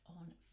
on